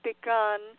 begun